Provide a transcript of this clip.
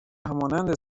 همانند